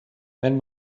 wenn